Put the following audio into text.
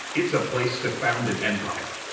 it's a place to found an empire.